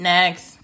Next